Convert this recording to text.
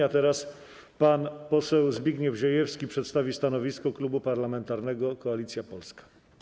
A teraz pan poseł Zbigniew Ziejewski przedstawi stanowisko Klubu Parlamentarnego Koalicja Polska.